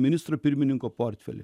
ministro pirmininko portfelį